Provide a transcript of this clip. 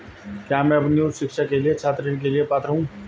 क्या मैं अपनी उच्च शिक्षा के लिए छात्र ऋण के लिए पात्र हूँ?